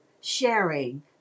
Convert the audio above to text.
sharing